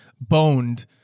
boned